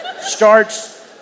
starts